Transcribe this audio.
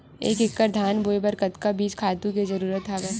एक एकड़ धान बोय बर कतका बीज खातु के जरूरत हवय?